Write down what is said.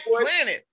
Planet